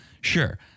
Sure